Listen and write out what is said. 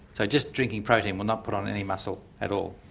so just drinking protein will not put on any muscle at all.